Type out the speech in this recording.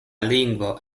lingvo